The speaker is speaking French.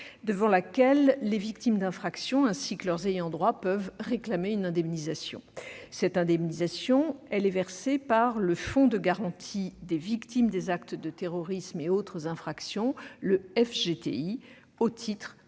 devant laquelle les victimes d'infraction et leurs ayants droit peuvent réclamer une indemnisation. Celle-ci est versée par le Fonds de garantie des victimes des actes de terrorisme et d'autres infractions (FGTI), au titre